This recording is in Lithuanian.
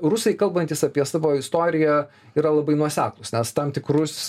rusai kalbantys apie savo istoriją yra labai nuoseklūs nes tam tikrus